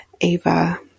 ava